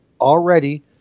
already